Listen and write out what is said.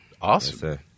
awesome